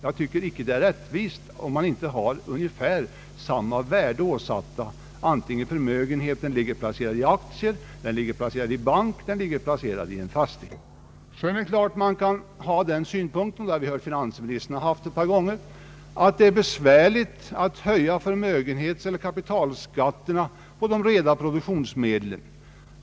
Det är inte rättvist, om man inte har ungefär samma värde åsatt, antingen förmögenheten är placerad i aktier, i bank eller i en fastighet. Det är klart man kan anföra synpunkten — finansministern har gjort det ett par gånger — att det är besvärligt att höja förmögenhetseller kapitalskatterna på de rena produktionsmedlen.